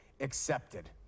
accepted